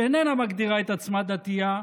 שאיננה מגדירה את עצמה דתייה,